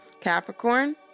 Capricorn